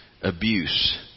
abuse